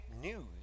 news